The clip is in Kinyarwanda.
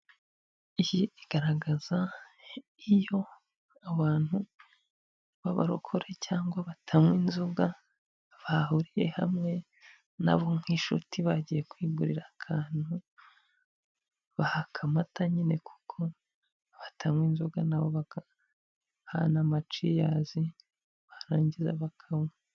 Iki kigaragaza iyo abantu b'abarokore cyangwa batanywa inzoga bahuriye hamwe na bo nk'inshuti bagiye kwigurira akantu, baka amata nyine kuko batanywa inzoga na bo bagahana amaciyasi barangiza bakanywa.